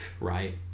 right